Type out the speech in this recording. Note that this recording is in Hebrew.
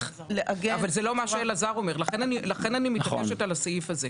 אבל זה לא מה שאלעזר אומר ולכן אני מתעקשת על הסעיף הזה.